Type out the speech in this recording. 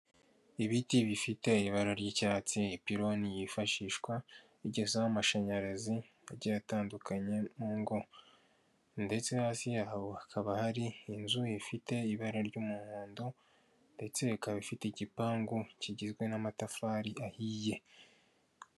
Ibiti bifite ibara ry'icyatsi ipironi yifashishwa igezaho amashanyarazi agiya atandukanye mu ngo, ndetse no hasi yaho hakaba hari inzu ifite ibara ry'umuhondo ndetse ikaba ifite igipangu kigizwe n'amatafari ahiye.